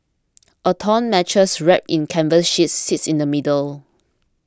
a torn mattress wrapped in canvas sheets sits in the middle